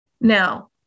Now